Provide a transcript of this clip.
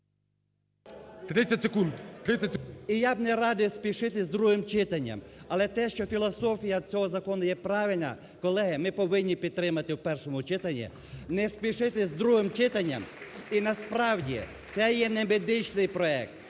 І я б не радив спішити з другим читанням. Але те, що філософія цього закону є правильна, колеги, ми повинні підтримати в першому читанні, не спішити з другим читанням і, насправді, це є не медичний проект,